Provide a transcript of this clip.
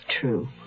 true